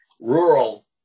rural